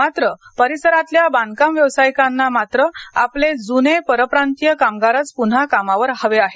मात्र परिसरातल्या बांधकाम व्यावसायिकांना मात्र आपले जुने परप्रांतीय कामगारच पुन्हा कामावर हवे आहेत